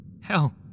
Hell